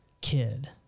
kid